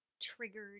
triggered